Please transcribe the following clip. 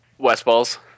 Westballs